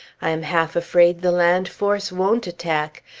i am half afraid the land force won't attack.